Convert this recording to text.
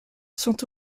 sont